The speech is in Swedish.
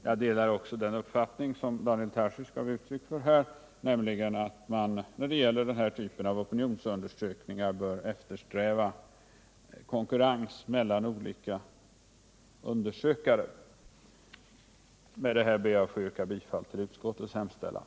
Jag delar också den uppfattning som Daniel Tarschys gav uttryck för här, nämligen att man när det gäller den här typen av opinionsundersökningar bör eftersträva konkurrens mellan olika undersökare. Med det anförda ber jag att få yrka bifall till utskottets hemställan.